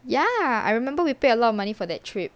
ya I remember we pay a lot of money for that trip